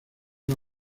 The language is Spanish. una